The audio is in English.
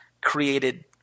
created